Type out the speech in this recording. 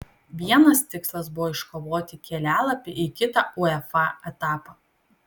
vienas tikslas buvo iškovoti kelialapį į kitą uefa etapą